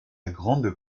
grande